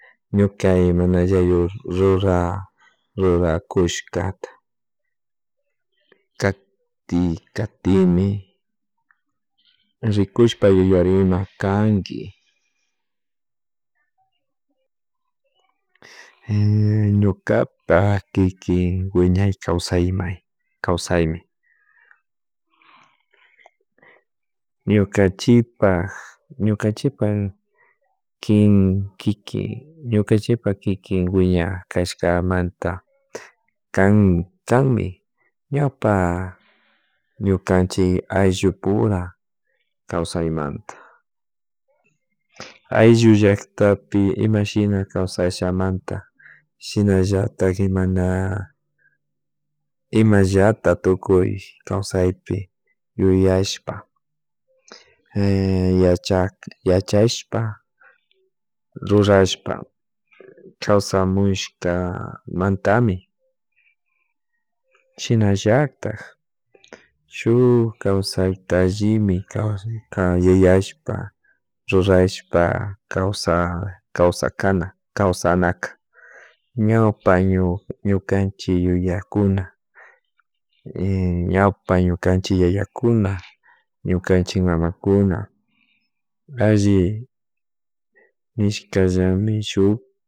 Ñuka mana rurakushkata kati katimi rikushpa yuyarima kanki ñukapa kikin wiñay kawsaymay kawsaymi ñuka chipak ñuka chipak kinkin, ñuka chikpa ñuka chikpa kikin wiña kashkamanta kan kanmi ñuka, ñukachik ayllu pura kawsaymanta ayllu llaktapi ima shina kawsashamanta shinallatak imana imallatak tukuy kawsaypi yuyashpa yachak yachashpa rurashpa kawsaymushka mantami shinallatak shuk kawsayta allimi ka yuyashpa rurashpa kawsa kawsakana kawsanaka ñupa ñukanchik yuyakuna ñawpay ñukanchik yayakuna ñukanshik mamakuna alli ishka llami shuk